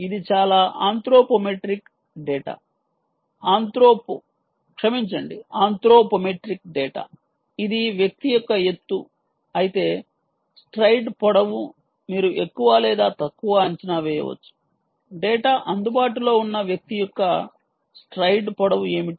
ఇది చాలా anthropometric data anthropo క్షమించండి ఆంత్రోపోమెట్రిక్ డేటా ఇది వ్యక్తి యొక్క ఎత్తు అయితే స్ట్రైడ్ పొడవు మీరు ఎక్కువ లేదా తక్కువ అంచనా వేయవచ్చు డేటా అందుబాటులో ఉన్న వ్యక్తి యొక్క స్ట్రైడ్ పొడవు ఏమిటి